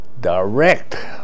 direct